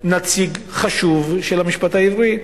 נציג חשוב של המשפט העברי.